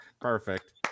Perfect